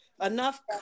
enough